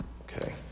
Okay